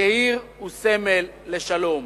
כעיר וכסמל לשלום.